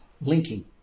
linking